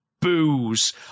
Booze